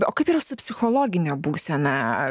o kaip yra su psichologine būsena